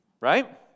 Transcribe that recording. Right